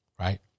Right